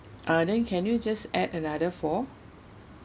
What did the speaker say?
uh then can you just add another four